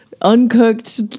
uncooked